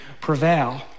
prevail